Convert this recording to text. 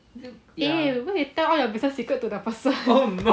eh why you tell all your business secrets to the person